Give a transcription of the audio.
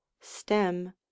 stem